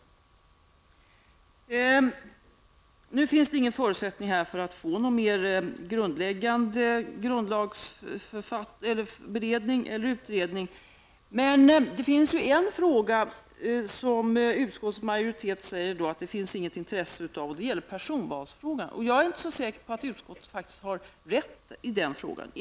Det finns inga förutsättningar för att få en mer grundläggande grundlagsutredning. Det finns dock en fråga som utskottsmajoriteten säger att det inte finns något intresse för. Det gäller personvalsfrågan. Jag är inte så säker på att utskottet har rätt.